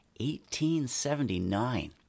1879